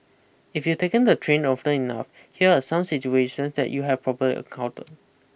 if you've taken the train often enough here are some situations that you have probably encountered